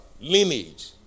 lineage